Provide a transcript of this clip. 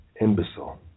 imbecile